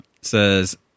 says